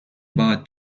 باهات